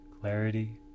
clarity